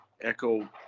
echo